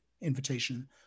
invitation